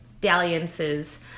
dalliances